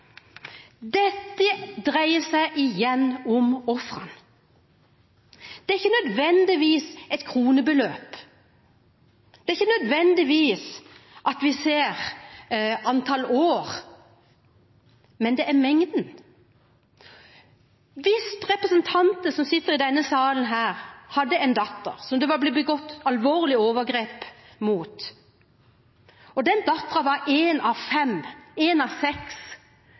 Dette dreier seg igjen om ofrene. Det er ikke nødvendigvis et kronebeløp. Det er ikke nødvendigvis at vi ser på antall år, men det er mengden. Hvis en representant som sitter i denne salen, hadde en datter som det var blitt begått alvorlige overgrep mot, og den datteren var en av fem, en av seks,